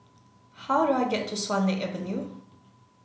how do I get to Swan Lake Avenue